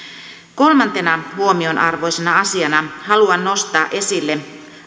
kolmantena huomionarvoisena asiana haluan nostaa esille